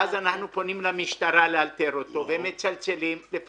ואז אנחנו פונים למשטרה כדי לאתר אותו ומתקשרים אליו.